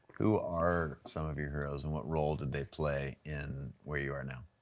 who are some of your heroes and what role did they play in where you are now.